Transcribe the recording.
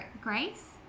Grace